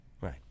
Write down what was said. Right